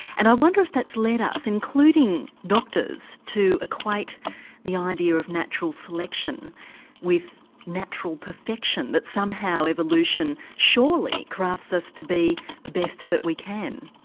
and i wonder if that's led ah us, including doctors, to equate the idea of natural selection with natural perfection. that somehow evolution surely crafts us to be the best that we can.